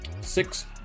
six